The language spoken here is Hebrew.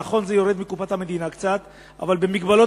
נכון שיורד קצת מקופת המדינה אבל במגבלות